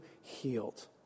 healed